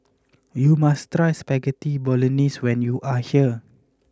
you must try Spaghetti Bolognese when you are here